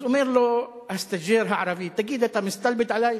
אז אומר לו הסטאז'ר הערבי: תגיד, אתה מסתלבט עלי?